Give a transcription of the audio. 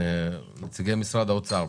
נציגי משרד האוצר,